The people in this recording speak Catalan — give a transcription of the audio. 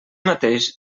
mateix